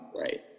Right